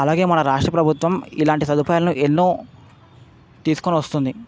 అలాగే మన రాష్ట్ర ప్రభుత్వం ఇలాంటి సదుపాయాలు ఎన్నో తీసుకొని వస్తుంది